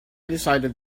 decided